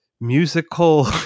musical